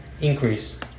increase